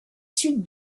sud